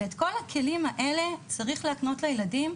ואת כל הכלים האלה צריך להקנות לילדים,